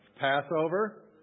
Passover